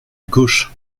gauche